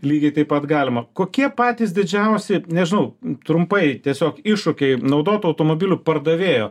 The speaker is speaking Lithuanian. lygiai taip pat galima kokie patys didžiausi nežinau trumpai tiesiog iššūkiai naudotų automobilių pardavėjo